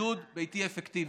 בידוד ביתי אפקטיבי.